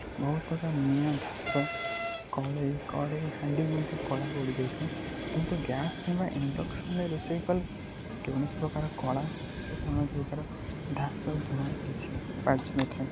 ବହୁତ ପ୍ରକାର ନିଆଁ ଧାସ କଡ଼େଇ କଡ଼େଇ ହାଣ୍ଡି ମଧ୍ୟ କଳା ପଡ଼ିଯାଇଥାଏ କିନ୍ତୁ ଗ୍ୟାସ୍ କିମ୍ବା ଇଣ୍ଡକ୍ସନ୍ରେ ରୋଷେଇ କଲେ କୌଣସି ପ୍ରକାର କଳା କି କୌଣସି ପ୍ରକାର ଧାସ ଧୂଆଁ କିଛି ବାଜିିନଥାଏ